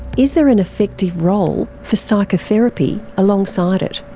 is there an effective role for psychotherapy alongside it?